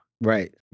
Right